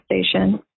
Station